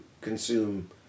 consume